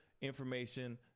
information